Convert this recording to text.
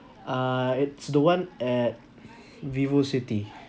uh it's the one at Vivocity